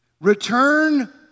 Return